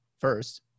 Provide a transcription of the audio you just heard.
first